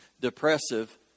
depressive